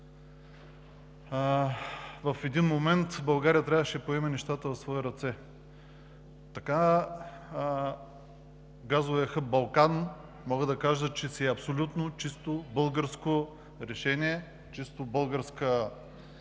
в един момент България трябваше да поеме нещата в свои ръце. Така газовият хъб „Балкан“ мога да кажа, че си е абсолютно чисто българско решение, чисто българска реализация.